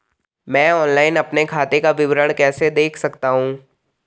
मैं ऑनलाइन अपने खाते का विवरण कैसे देख सकता हूँ?